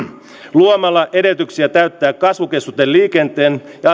luomalla edellytyksiä täyttää kasvukeskusten liikenteen ja